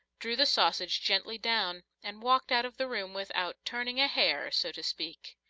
drew the sausage gently down, and walked out of the room without turning a hair, so to speak.